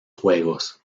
juegos